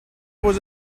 was